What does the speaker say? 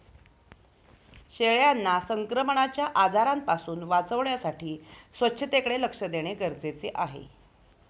शेळ्यांना संक्रमणाच्या आजारांपासून वाचवण्यासाठी स्वच्छतेकडे लक्ष देणे गरजेचे आहे